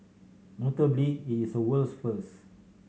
notably it is a world's first